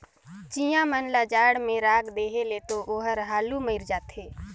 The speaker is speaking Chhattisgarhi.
चिंया मन ल जाड़ में राख देहे ले तो ओहर हालु मइर जाथे